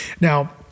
Now